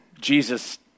Jesus